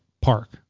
park